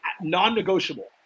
non-negotiable